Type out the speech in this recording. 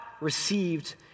received